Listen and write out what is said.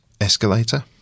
escalator